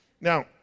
Now